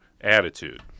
attitude